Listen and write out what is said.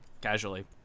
casually